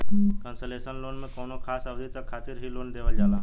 concessional loan में कौनो खास अवधि तक खातिर ही लोन देवल जाला